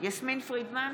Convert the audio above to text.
יסמין פרידמן,